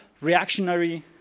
reactionary